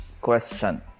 question